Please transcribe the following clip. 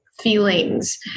feelings